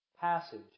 passage